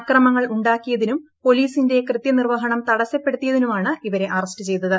അക്രമങ്ങൾ ഉണ്ടാക്കിയതിനും പൊലീസിന്റെ കൃത്യനിർവ്വഹണം തടസപ്പെടുത്തിയതിനുമാണ് ഇവരെ അറസ്റ്റ് ചെയ്തത്